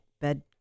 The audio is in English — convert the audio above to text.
bed